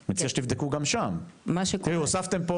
אני מציע שתבדקו גם שם, תראו, הוספתם פה